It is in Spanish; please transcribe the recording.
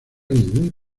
ningún